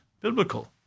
biblical